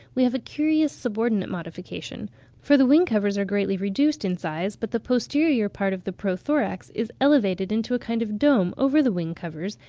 we have a curious subordinate modification for the wing-covers are greatly reduced in size, but the posterior part of the pro-thorax is elevated into a kind of dome over the wing-covers,